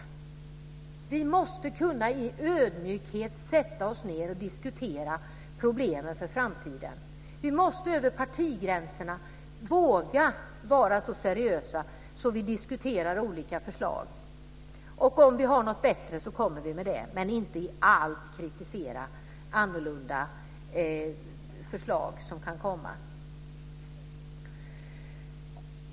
Vi måste i ödmjukhet kunna sätta oss ned och diskutera problemen inför framtiden. Vi måste över partigränserna våga vara så seriösa att vi diskuterar olika förslag. Om vi har något bättre lägger vi fram det, men vi ska inte i allt kritisera annorlunda förslag som kan tas upp.